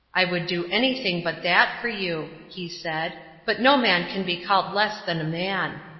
i would do anything but that for you, he said but no man can be called less than a man.